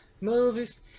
movies